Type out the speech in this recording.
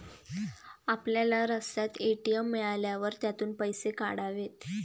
आपल्याला रस्त्यात ए.टी.एम मिळाल्यावर त्यातून पैसे काढावेत